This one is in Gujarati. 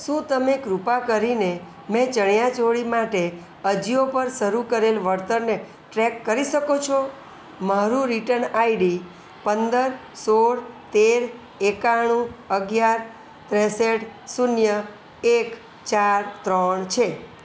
શું તમે કૃપા કરીને મેં ચણીયા ચોળી માટે અજિયો પર શરૂ કરેલ વળતરને ટ્રેક કરી શકો છો મારું રીટર્ન આઈડી પંદર સોળ તેર એકાણું અગિયાર ત્રેસઠ શૂન્ય એક ચાર ત્રણ છે